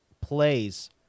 plays